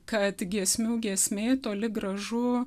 kad giesmių giesmė toli gražu